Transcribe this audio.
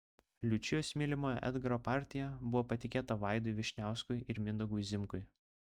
liučijos mylimojo edgaro partija buvo patikėta vaidui vyšniauskui ir mindaugui zimkui